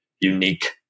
unique